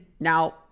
Now